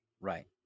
Right